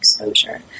exposure